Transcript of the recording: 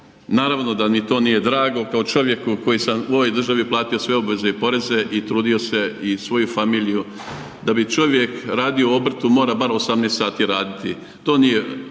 Naravno da mi to nije drago kao čovjeku koji sam u ovoj državi platio sve obveze i poreze i trudio se i svoju familiju, da bi čovjek radio u obrtu mora bar 18 sati raditi. To nije